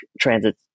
transit